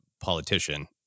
politician